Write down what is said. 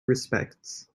respects